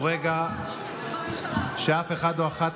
אני מבקש לומר שהרגע הזה הוא רגע שאף אחד או אחת